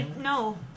No